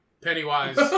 Pennywise